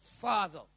father